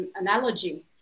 analogy